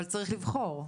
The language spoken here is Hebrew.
אבל צריך לבחור.